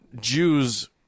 Jews